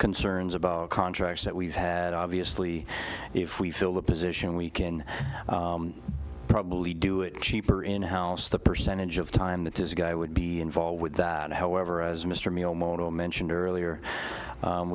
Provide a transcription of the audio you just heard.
concerns about contracts that we've had obviously if we fill the position we can probably do it cheaper in house the percentage of time that this guy would be involved with that however as mr miyamoto mentioned earlier